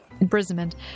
imprisonment